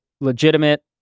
legitimate